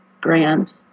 grand